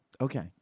Okay